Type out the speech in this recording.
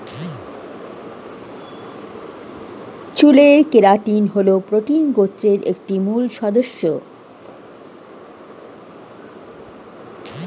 চুলের কেরাটিন হল প্রোটিন গোত্রের একটি মূল সদস্য